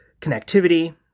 connectivity